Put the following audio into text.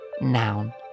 Noun